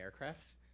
aircrafts